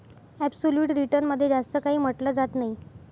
absolute return मध्ये जास्त काही म्हटलं जात नाही